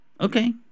Okay